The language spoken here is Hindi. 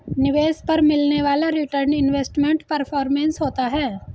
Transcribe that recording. निवेश पर मिलने वाला रीटर्न इन्वेस्टमेंट परफॉरमेंस होता है